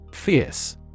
Fierce